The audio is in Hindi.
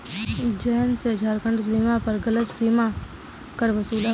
जयंत से झारखंड सीमा पर गलत सीमा कर वसूला गया